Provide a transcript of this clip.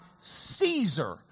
Caesar